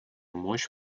мощь